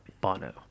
bono